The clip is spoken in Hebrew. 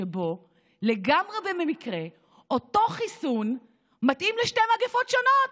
שבו לגמרי במקרה אותו חיסון מתאים לשתי מגפות שונות.